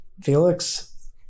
Felix